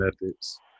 methods